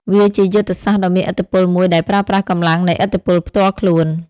វាជាយុទ្ធសាស្ត្រដ៏មានឥទ្ធិពលមួយដែលប្រើប្រាស់កម្លាំងនៃឥទ្ធិពលផ្ទាល់ខ្លួន។